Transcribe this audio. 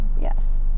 yes